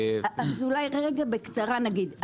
בקצרה נגיד.